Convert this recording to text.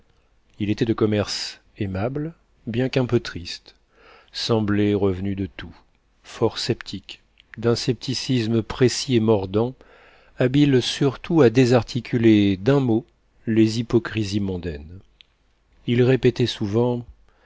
il était de commerce aimable bien qu'un peu triste semblait revenu de tout fort sceptique d'un scepticisme précis et mordant habile surtout à désarticuler d'un mot les hypocrisies mondaines il répétait souvent